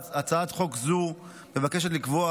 הצעת חוק זו מבקשת לקבוע